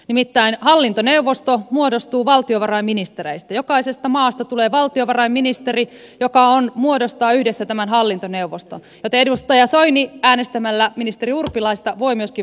nimittäin hallintoneuvosto muodostuu valtiovarainministereistä jokaisesta maasta tulee valtiovarainministeri ja nämä muodostavat yhdessä tämän hallintoneuvoston joten edustaja soini äänestämällä ministeri urpilaista voi myöskin vaikuttaa päätöksentekoon